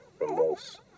remorse